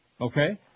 Okay